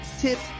tips